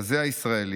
כזה הישראלי,